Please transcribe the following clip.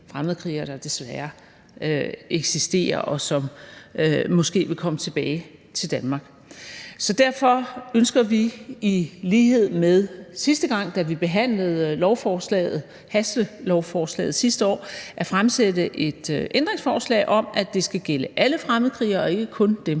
der desværre eksisterer, og som måske vil komme tilbage til Danmark. Derfor ønsker vi i lighed med sidste år, da vi hastebehandlede lovforslaget, at stille et ændringsforslag om, at det skal gælde alle fremmedkrigere og ikke kun dem